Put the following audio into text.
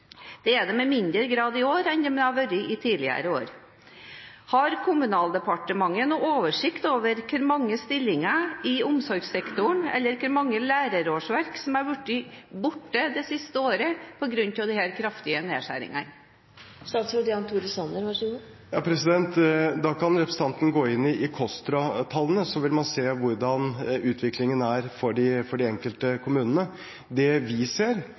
Det har de i mindre grad i år enn de har hatt tidligere år. Har Kommunaldepartementet noen oversikt over hvor mange stillinger i omsorgssektoren eller hvor mange lærerårsverk som er blitt borte det siste året på grunn av disse kraftige nedskjæringene? Representanten kan gå inn i KOSTRA-tallene, så vil hun se hvordan utviklingen er for de enkelte kommunene. Det vi ser,